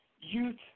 youth